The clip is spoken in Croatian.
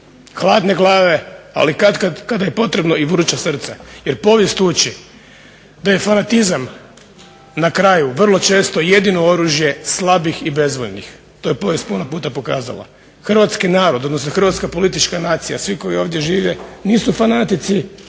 Hladne glave, ali katkad kada je potrebno i vruća srca. Jer povijest uči da je fanatizam na kraju vrlo često jedino oružje slabih i bezvoljnih. To je povijest puno puta pokazala. Hrvatski narod, odnosno hrvatska politička nacija, svi koji ovdje žive nisu fanatici,